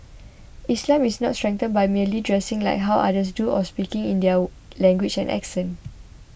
Islam is not strengthened by merely dressing like how others do or speaking in their language and accent